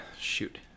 shoot